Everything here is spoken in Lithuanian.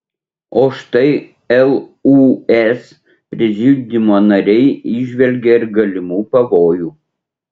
o štai lūs prezidiumo nariai įžvelgė ir galimų pavojų